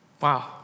Wow